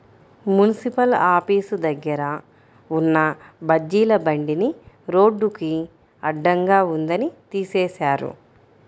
municipal office దగ్గర ఉన్న బజ్జీల బండిని రోడ్డుకి అడ్డంగా ఉందని తీసేశారు